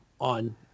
on